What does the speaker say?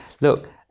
look